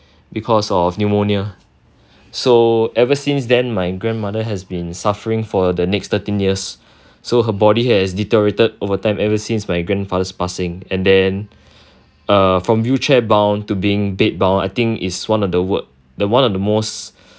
because of pneumonia so ever since then my grandmother has been suffering for the next thirteen years so her body has deteriorated over time ever since my grandfather's passing and then err from wheelchair bound to being bed bound I think is one of the wor~ one of the most